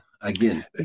again